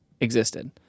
existed